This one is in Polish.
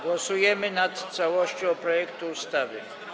Głosujemy nad całością projektu ustawy.